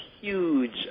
huge